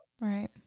right